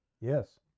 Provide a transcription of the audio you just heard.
Yes